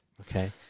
okay